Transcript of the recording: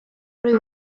rydw